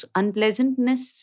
unpleasantness